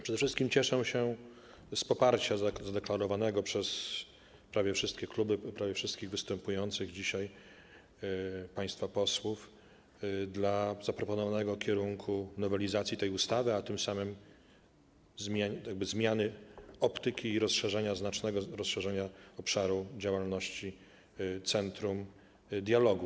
Przede wszystkim cieszę się z poparcia zadeklarowanego przez prawie wszystkie kluby, prawie wszystkich występujących dzisiaj państwa posłów dla zaproponowanego kierunku nowelizacji tej ustawy, a tym samym zmiany optyki i rozszerzenia, znacznego rozszerzenia obszaru działalności centrum dialogu.